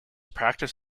practice